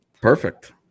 perfect